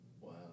Wow